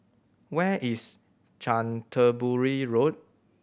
where is Canterbury Road